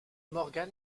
morgan